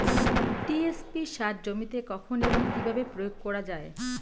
TSP সার জমিতে কখন এবং কিভাবে প্রয়োগ করা য়ায়?